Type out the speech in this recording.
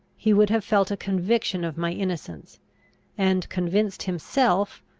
he would have felt a conviction of my innocence and, convinced himself,